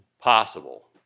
possible